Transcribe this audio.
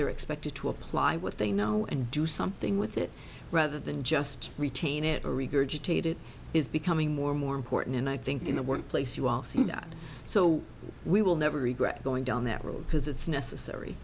they're expected to apply what they know and do something with it rather than just retain it or regurgitate it is becoming more and more important and i think in the workplace you all see that so we will never regret going down that road because it's necessary